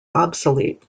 obsolete